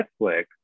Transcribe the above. Netflix